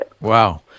Wow